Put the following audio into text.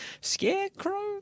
Scarecrow